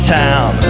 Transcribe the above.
town